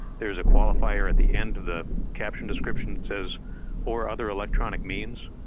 there's a qualifier at the end of the caption description says or other electronic means.